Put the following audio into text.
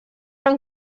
van